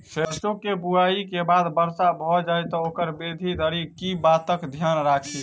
सैरसो केँ बुआई केँ बाद वर्षा भऽ जाय तऽ ओकर वृद्धि धरि की बातक ध्यान राखि?